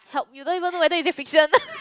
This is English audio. help you don't even know whether is it fiction